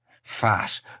Fat